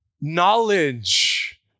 Knowledge